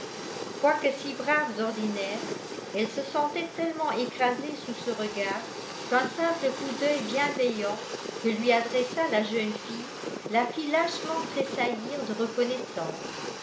quoique si brave d'ordinaire elle se sentait tellement écrasée sous ce regard qu'un simple coup d'œil bienveillant que lui adressa la jeune fille la fit lâchement tressaillir de reconnaissance